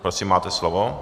Prosím, máte slovo.